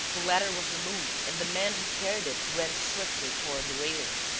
the ladder was removed and the man who carried it ran swiftly toward the railings,